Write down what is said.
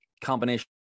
combination